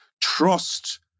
trust